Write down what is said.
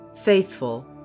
faithful